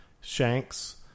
shanks